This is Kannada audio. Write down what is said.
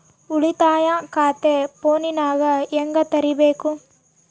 ಉಳಿತಾಯ ಖಾತೆ ಫೋನಿನಾಗ ಹೆಂಗ ತೆರಿಬೇಕು?